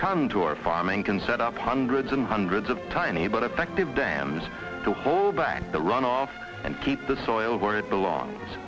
come to our farming can set up hundreds and hundreds of tiny but effective dams to hold back the runoff and keep the soil where it belongs